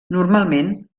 normalment